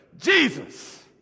Jesus